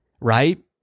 Right